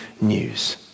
news